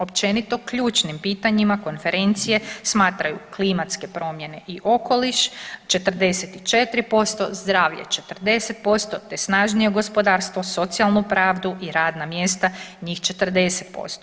Općenito ključnim pitanjima konferencije smatraju klimatske promjene i okoliš 44%, zdravlje 40%, te snažnije gospodarstvo, socijalnu pravdu i radna mjesta njih 40%